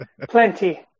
Plenty